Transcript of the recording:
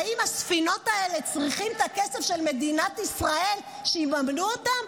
האם הספינות האלה צריכות את הכסף של מדינת ישראל שתממן אותן?